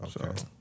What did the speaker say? Okay